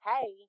Hey